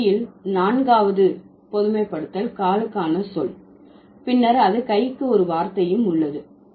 ஒரு மொழியில் நான்காவது பொதுமைப்படுத்தல் காலுக்கான சொல் பின்னர் அது கைக்கு ஒரு வார்த்தையும் உள்ளது